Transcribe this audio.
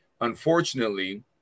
unfortunately